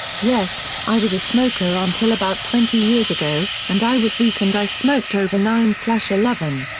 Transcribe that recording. yes, i was a smoker until about twenty years ago, and i was weak and i smoked over nine so so eleven.